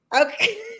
Okay